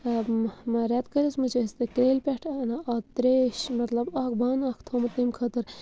رٮ۪تہٕ کٲلِس منٛز چھِ أسۍ تہ کرٛیلہِ پٮ۪ٹھ اَنان ترٛیش مطلب اکھ بانہٕ اکھ تھوٚمُت تمہِ خٲطرٕ